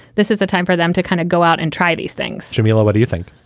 this is the time for them to kind of go out and try these things jamila, what do you think?